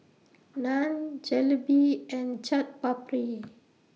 Naan Jalebi and Chaat Papri